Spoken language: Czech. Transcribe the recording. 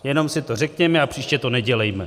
Jenom si to řekněme a příště to nedělejme.